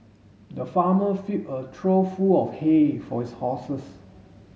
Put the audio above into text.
the farmer filled a trough full of hay for his horses